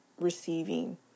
receiving